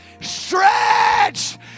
Stretch